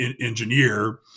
engineer